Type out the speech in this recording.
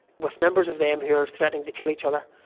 with members of them who are threatening to kill each other,